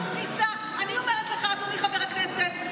אדוני חבר הכנסת,